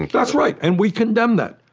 that's right, and we condemn that.